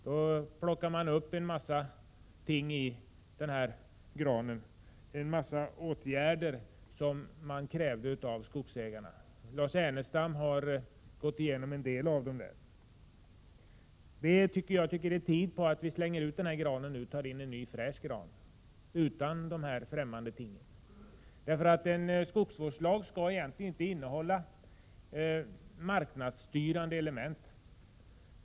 De plockade fram en mängd ting, åtgärder som de krävde att skogsägarna skulle vidta. Lars Ernestam har redogjort för en del av dem. Jag tycker att det är tid att vi slänger ut den granen och tar in en ny, fräsch gran, utan dessa främmande ting. En skogsvårdslag skall egentligen inte innehålla marknadsstyrande element.